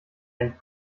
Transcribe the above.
ein